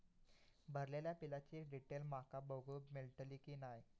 भरलेल्या बिलाची डिटेल माका बघूक मेलटली की नाय?